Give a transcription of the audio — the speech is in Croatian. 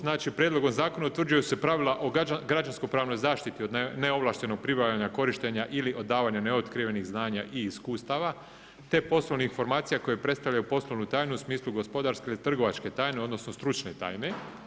Znači, prijedlogom zakona utvrđuju se pravila o građansko-pravnoj zaštiti od neovlaštenog pribavljanja korištenja ili odavanja neotkrivenih znanja i iskustava te poslovnih informacija koje predstavljaju poslovnu tajnu u smislu gospodarske ili trgovačke tajne odnosno stručne tajne.